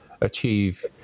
achieve